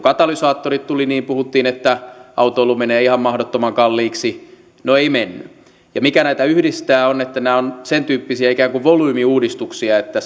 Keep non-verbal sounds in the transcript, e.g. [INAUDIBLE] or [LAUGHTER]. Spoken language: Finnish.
[UNINTELLIGIBLE] katalysaattorit tulivat niin puhuttiin että autoilu menee ihan mahdottoman kalliiksi no ei mennyt mikä näitä yhdistää on että nämä ovat sentyyppisiä ikään kuin volyymiuudistuksia että [UNINTELLIGIBLE]